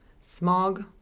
smog